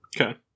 Okay